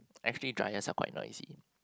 actually dryers are quite noisy